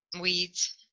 Weeds